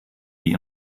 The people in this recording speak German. wie